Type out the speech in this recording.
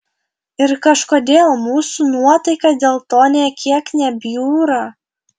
ir kažkodėl mūsų nuotaika dėl to nė kiek nebjūra